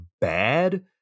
bad